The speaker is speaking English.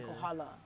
Kohala